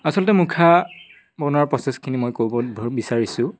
আচলতে মুখা বনোৱাৰ প্ৰচেছখিনি মই ক'ব বিচাৰিছোঁ